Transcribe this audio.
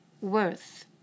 worth